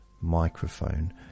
microphone